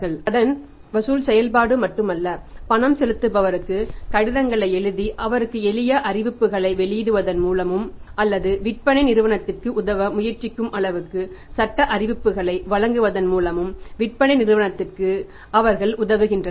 இது கடன் வசூல் செயல்பாடு மட்டுமல்ல பணம் செலுத்துபவருக்கு கடிதங்களை எழுதி அவருக்கு எளிய அறிவிப்புகளை வெளியிடுவதன் மூலமும் அல்லது விற்பனை நிறுவனத்திற்கு உதவ முயற்சிக்கும் அளவுக்கு சட்ட அறிவிப்புகளை வழங்குவதன் மூலம் விற்பனை நிறுவனத்திற்கு அவர்கள் உதவுகின்றன